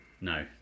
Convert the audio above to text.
no